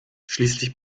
schließlich